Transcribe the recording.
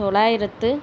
தொள்ளாயிரத்து